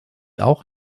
auch